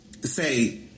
say